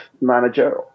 manager